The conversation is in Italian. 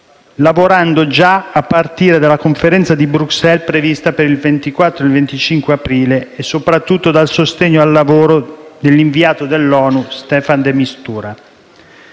lavorando già a partire dalla conferenza di Bruxelles prevista per il 24 e il 25 aprile e soprattutto dal sostegno al lavoro dell'inviato dell'ONU Staffan de Mistura.